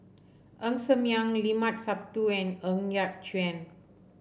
Ng Ser Miang Limat Sabtu and Ng Yat Chuan